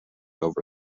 over